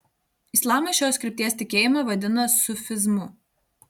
islamas šios krypties tikėjimą vadina sufizmu